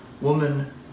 Woman